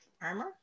armor